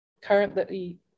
currently